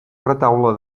retaule